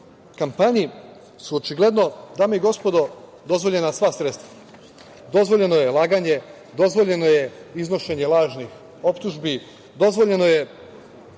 kampanji su očigledno, dame i gospodo dozvoljena sva sredstva. Dozvoljeno je laganje, dozvoljeno je iznošenje lažnih optužbi, dozvoljeno je